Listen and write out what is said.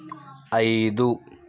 ఐదు